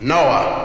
Noah